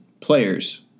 players